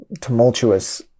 tumultuous